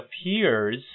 appears